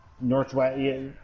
Northwest